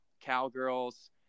Cowgirls